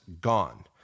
gone